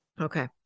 Okay